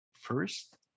First